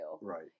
right